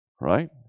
right